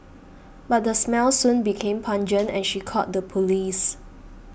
but the smell soon became pungent and she called the police